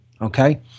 okay